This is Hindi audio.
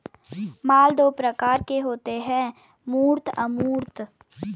माल दो प्रकार के होते है मूर्त अमूर्त